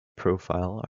profile